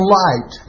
light